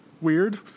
weird